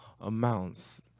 amounts